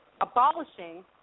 abolishing